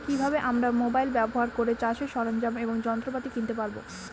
কি ভাবে আমরা মোবাইল ব্যাবহার করে চাষের সরঞ্জাম এবং যন্ত্রপাতি কিনতে পারবো?